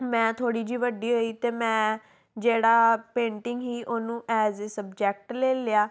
ਮੈਂ ਥੋੜ੍ਹੀ ਜਿਹੀ ਵੱਡੀ ਹੋਈ ਤਾਂ ਮੈਂ ਜਿਹੜਾ ਪੇਂਟਿੰਗ ਸੀ ਉਹਨੂੰ ਐਜ ਏ ਸਬਜੈਕਟ ਲੈ ਲਿਆ